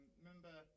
remember